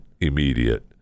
immediate